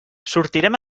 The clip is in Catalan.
sortirem